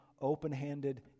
open-handed